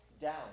down